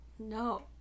No